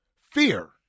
fear